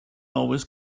always